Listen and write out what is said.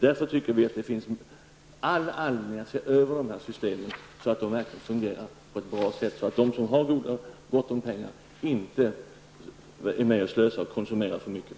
Därför tycker vi att det finns all anledning att se över systemen så att de fungerar på ett bra sätt, så att de som har gott om pengar inte är med och slösar och konsumerar för mycket.